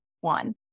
one